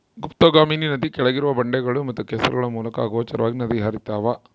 ಗುಪ್ತಗಾಮಿನಿ ನದಿ ಕೆಳಗಿರುವ ಬಂಡೆಗಳು ಮತ್ತು ಕೆಸರುಗಳ ಮೂಲಕ ಅಗೋಚರವಾಗಿ ನದಿ ಹರ್ತ್ಯಾವ